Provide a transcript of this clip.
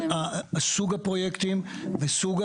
יש פה איזה דיון דיאלקטי בין סוג הפרויקטים וסוג ההטבות.